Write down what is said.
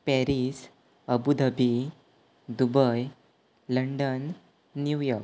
Paris Abu Dhabi Dubai London New York